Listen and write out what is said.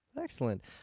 excellent